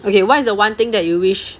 okay what is the one thing that you wish